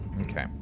Okay